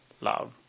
love